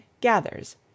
gathers